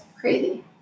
crazy